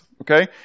Okay